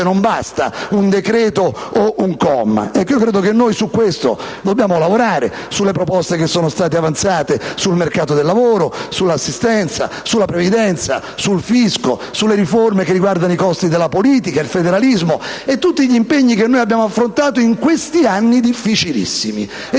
non basta un decreto o un comma. Io credo che noi su questo dobbiamo lavorare, sulle proposte avanzate sul mercato del lavoro, sull'assistenza, sulla previdenza, sul fisco, sulle riforme riguardanti i costi della politica, sul federalismo e su tutti gli impegni che noi abbiamo affrontato in questi anni difficilissimi.